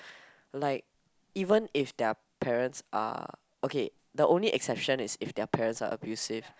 like even if their parents are okay the only exception is if their parents are abusive